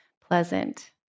pleasant